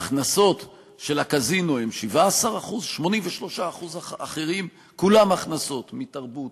ההכנסות של הקזינו הן 17%; 83% האחרים כולם הכנסות מתרבות,